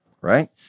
right